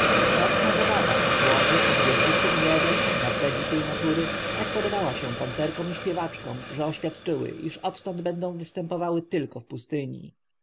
ucztę nocna zabawa w chłodzie pod gwiaździstem niebem na tle dzikiej natury tak podobała się tancerkom i śpiewaczkom że oświadczyły iż odtąd będą występowały tylko w pustyni